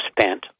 spent